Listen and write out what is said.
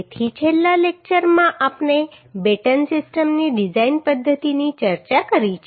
તેથી છેલ્લા લેક્ચરમાં આપણે બેટન સિસ્ટમની ડિઝાઇન પદ્ધતિની ચર્ચા કરી છે